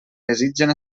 desitgen